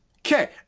Okay